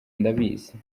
ndabizi